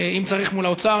אם צריך מול האוצר,